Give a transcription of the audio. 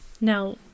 Now